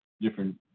different